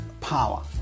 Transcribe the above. power